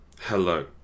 Hello